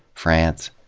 france,